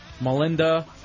Melinda